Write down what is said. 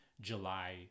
July